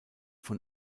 von